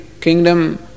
kingdom